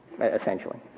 essentially